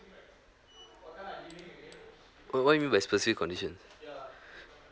what what you mean by specific conditions